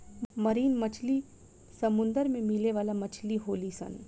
marine मछली समुंदर में मिले वाला मछली होली सन